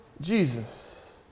Jesus